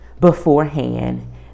beforehand